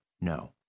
no